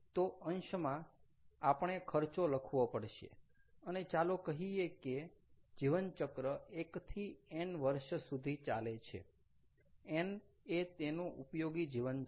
તો અંશમાં આપણે ખર્ચો લખવો પડશે અને ચાલો કહીયે કે જીવનચક્ર 1 થી n વર્ષ સુધી ચાલે છે n એ તેનું ઉપયોગી જીવન છે